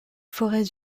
forêts